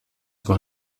con